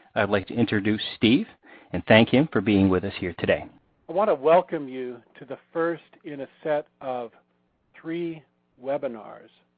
i'd like to introduce steve and thank him for being with us here today. i want to welcome you to the first in a set of three webinars.